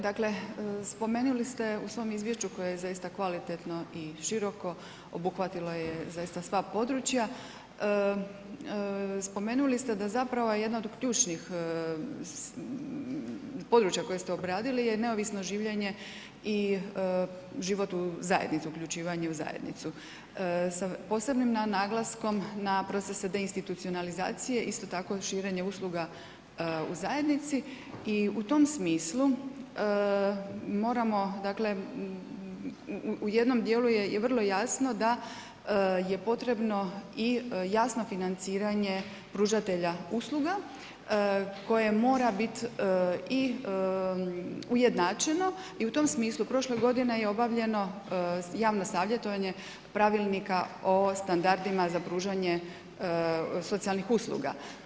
Dakle, spomenuli ste u svom izvješću koje je zaista kvalitetno i široko, obuhvatilo je zaista sva područja, spomenuli ste da zapravo jedna od ključnih područja koje ste obradili je neovisno življenje i život u zajednici, uključivanje u zajednicu sa posebnim naglaskom na procese deinstitucionalizacije, isto tako širenje usluga u zajednici o u tom smislu moramo dakle, u jednom djelu je vrlo jasno da je potrebno i jasno financiranje pružatelja usluga koje mora biti i ujednačeno i u tom smislu prošle godine je obavljeno javno savjetovanje pravilnika o standardima za pružanje socijalnih usluga.